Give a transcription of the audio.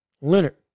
Leonard